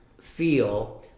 feel